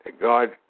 God